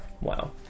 Wow